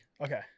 Okay